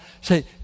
say